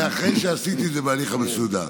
זה אחרי שעשיתי את זה בהליך המסודר.